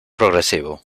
progresivo